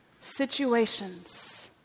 Situations